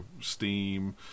Steam